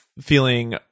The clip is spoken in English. feeling